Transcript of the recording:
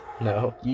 No